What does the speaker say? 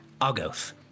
Argos